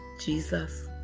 Jesus